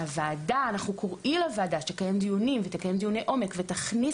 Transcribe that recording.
אנחנו קוראים לוועדה לקיים דיוני עומק ולהכניס